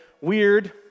weird